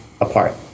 apart